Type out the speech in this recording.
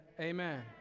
amen